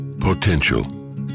potential